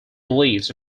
beliefs